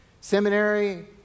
Seminary